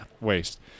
waste